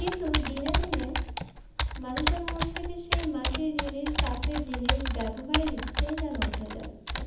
কিন্তু দিনে দিনে মানুষের মন থেকে সেই মাটির জিনিস কাঠের জিনিস ব্যবহারের ইচ্ছেই যেন উঠে যাচ্ছে